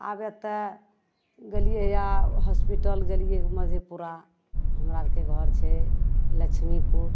आब एतऽ गेलिए यऽ हॉसपिटल गेलिए मधेपुरा हमरा आओरके घर छै लक्ष्मीपुर